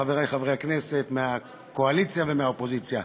חברי חברי הכנסת מהקואליציה ומהאופוזיציה,